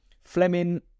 Fleming